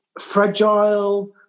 fragile